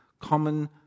common